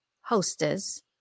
hostess